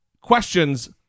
questions